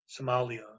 Somalia